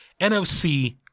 NFC